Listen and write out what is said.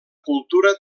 cultura